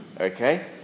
Okay